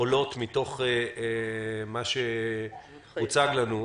שעולות ממה שהוצג לנו.